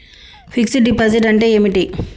Fix డ్ deposit అంటే ఏమిటి?